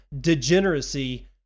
degeneracy